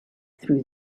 through